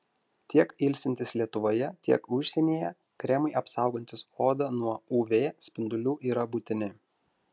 tiek ilsintis lietuvoje tiek užsienyje kremai apsaugantys odą nuo uv spindulių yra būtini